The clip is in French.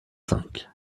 cinq